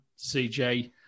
CJ